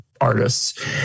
artists